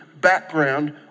background